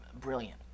brilliant